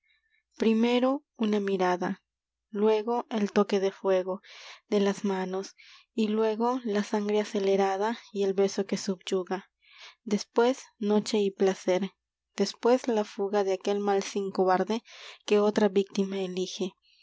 rimero una mirada luego el toque de fuego de las manos y la sangre y luego acelerada que el beso subyuga y después noche de placer después la fuga aquel malsín cobarde víctima elige